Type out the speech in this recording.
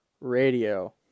radio